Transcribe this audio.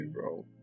bro